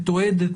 מתועדת,